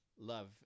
love